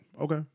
okay